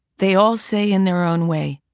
they all say in their own way,